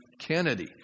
Kennedy